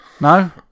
No